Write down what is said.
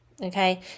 Okay